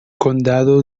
condado